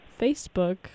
Facebook